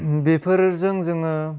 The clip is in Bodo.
बेफोरजों जोङो